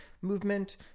movement